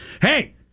Hey